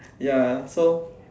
ya so